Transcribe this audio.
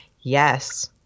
Yes